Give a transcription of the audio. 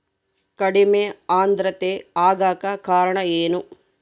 ಕಡಿಮೆ ಆಂದ್ರತೆ ಆಗಕ ಕಾರಣ ಏನು?